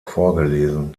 vorgelesen